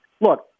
Look